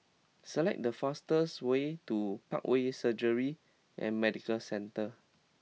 select the fastest way to Parkway Surgery and Medical Centre